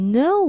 no